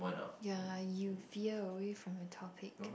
ya you veer away from the topic